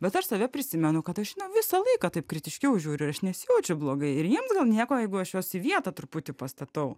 bet aš save prisimenu kad aš visą laiką taip kritiškiau žiūriu aš nesijaučiu blogai ir jiems nieko jeigu aš juos į vietą truputį pastatau